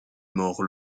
mort